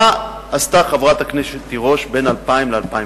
מה עשתה חברת הכנסת תירוש בין 2000 ל-2009?